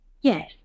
Yes